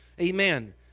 Amen